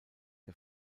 der